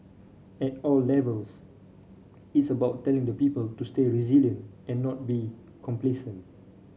at all levels it's about telling the people to stay resilient and not be complacent